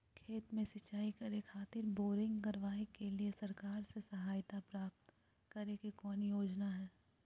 खेत में सिंचाई करे खातिर बोरिंग करावे के लिए सरकार से सहायता प्राप्त करें के कौन योजना हय?